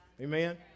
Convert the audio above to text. Amen